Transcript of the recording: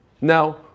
Now